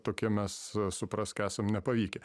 tokie mes suprask esam nepavykę